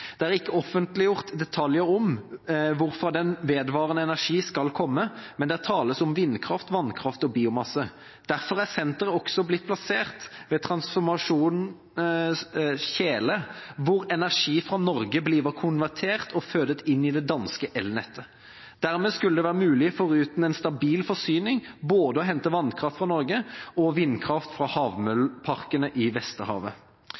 videre: «Der ikke offentliggjort detaljer om, hvorfra den vedvarende energi skal komme, men der tales om vindkraft, vandkraft og biomasse. Derfor er centret også blevet placeret tæt transformerstationen Tjele, hvor energi fra Norge bliver konverteret og fødet ind i det danske elnet. Dermed skulle det være muligt foruden en stabil forsyning både at hente vandkraft fra Norge og vindkraft fra havmølleparkerne i Vesterhavet.»